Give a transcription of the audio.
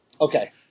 Okay